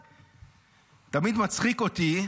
תמיד מצחיק אותי,